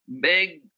Big